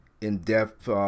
in-depth